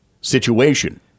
situation